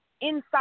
Inside